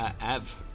Ev